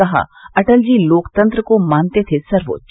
कहा अटल जी लोकतंत्र को मानते थे सर्वोच्च